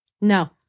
No